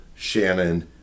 Shannon